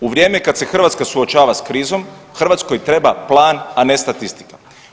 U vrijeme kad se Hrvatska suočava s krizom Hrvatskoj treba plan, a ne statistika.